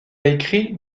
écrit